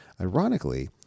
Ironically